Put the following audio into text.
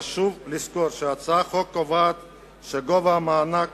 חשוב לזכור שהצעת החוק קובעת שגובה המענק